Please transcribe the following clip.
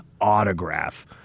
autograph